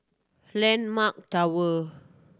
Landmark Tower